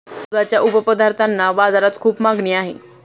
दुधाच्या उपपदार्थांना बाजारात खूप मागणी आहे